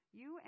You